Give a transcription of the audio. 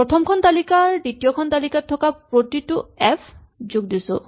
প্ৰথম খন তালিকাৰ দ্বিতীয়খন তালিকাত থকা প্ৰতিটো এফ যোগ দিছো